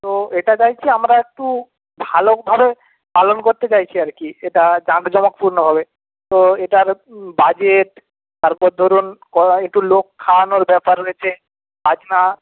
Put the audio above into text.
তো এটা চাইছি আমরা একটু ভালোভাবে পালন করতে চাইছি আরকি এটা জাঁকজমকপূর্ণভাবে তো এটার বাজেট তারপর ধরুন একটু লোক খাওয়ানোর ব্যাপার রয়েছে বাজনা